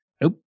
Nope